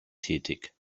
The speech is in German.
tätig